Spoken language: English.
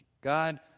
God